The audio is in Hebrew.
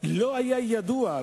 לא היה ידוע,